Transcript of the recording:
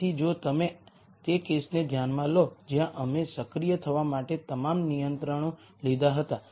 તેથી જો તમે તે કેસને ધ્યાનમાં લો જ્યાં અમે સક્રિય થવા માટે તમામ નિયંત્રણો લીધા હતા